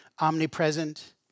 Omnipresent